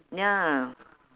ya